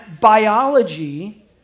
biology